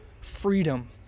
freedom